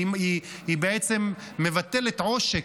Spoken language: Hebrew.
היא בעצם מבטלת עושק.